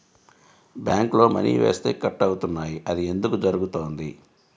బ్యాంక్లో మని వేస్తే కట్ అవుతున్నాయి అది ఎందుకు జరుగుతోంది?